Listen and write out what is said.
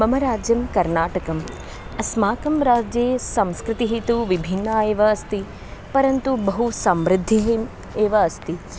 मम राज्यं कर्नाटकम् अस्माकं राज्ये संस्कृतिः तु विभिन्ना एव अस्ति परन्तु बहु समृद्धिः एव अस्ति